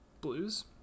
Blues